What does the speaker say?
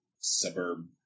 suburb